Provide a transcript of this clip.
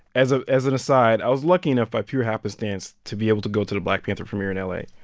as ah as an aside i was lucky enough, by pure happenstance, to be able to go to the black panther premiere in like